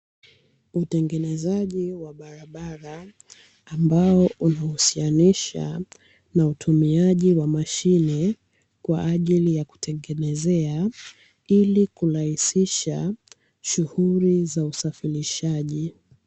Utengenezaji wa barabara ambao unahusianisha na utumiaji wa mashine kwa ajili ya kutengenezea, ili kurahisisha shughuli za usafirishaji.